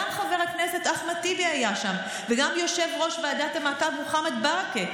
גם חבר הכנסת אחמד טיבי היה שם וגם יושב-ראש ועדת המעקב מוחמד ברכה.